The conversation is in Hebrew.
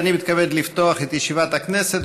מתכבד לפתוח את ישיבת הכנסת.